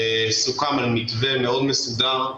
סוכם על מתווה מאוד מסודר,